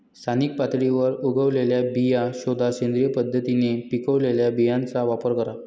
स्थानिक पातळीवर उगवलेल्या बिया शोधा, सेंद्रिय पद्धतीने पिकवलेल्या बियांचा वापर करा